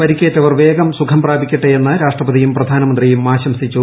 പരിക്കേറ്റ്വർ വേഗം സുഖം പ്രാപിക്കട്ടെ എന്ന് രാഷ്ട്രപതിയും പ്രധാനമന്ത്രിയും ആശംസിച്ചു